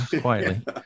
quietly